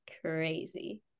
crazy